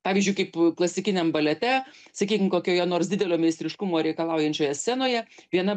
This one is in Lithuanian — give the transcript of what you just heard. pavyzdžiui kaip klasikiniam balete sakykim kokioje nors didelio meistriškumo reikalaujančioje scenoje viena